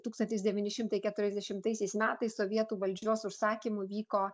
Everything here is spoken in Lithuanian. tūkstantis devyni šimtai keturiasdešimtaisiais metais sovietų valdžios užsakymu vyko